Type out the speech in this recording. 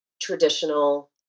traditional